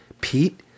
Pete